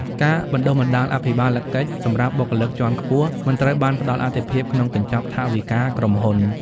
ការបណ្ដុះបណ្ដាលអភិបាលកិច្ចសម្រាប់បុគ្គលិកជាន់ខ្ពស់ មិនត្រូវបានផ្ដល់អាទិភាពក្នុងកញ្ចប់ថវិកាក្រុមហ៊ុន។